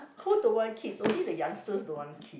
who don't want kids only the youngsters don't want kid